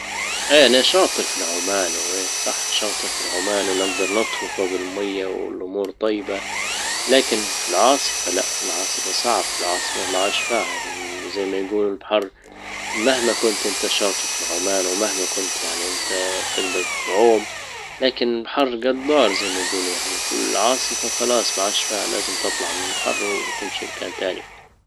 انا شاطر فالعومان و- صح شاطر فالعومان ونجدر نطفو فوق المية والامور طيبة لكن في العاصفة لأ فالعاصفة صعب في العاصفة معاش فيها زي ما يجولوا البحر مهما كنت انت شاطرت فالعومان ومهما كنت يعني انت تجدر تعوم لكن البحر غدار زي ما يجولوا يعني في العاصفة خلاص ما عاش فيها- فى العاصفة لازم تطلع من البحر وتمشي لمكان تاني